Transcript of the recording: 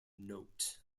note